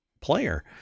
player